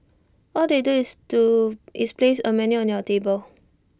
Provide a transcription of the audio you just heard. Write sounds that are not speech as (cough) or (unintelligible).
all they (unintelligible) do is place A menu on your table